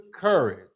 courage